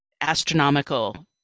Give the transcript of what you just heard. astronomical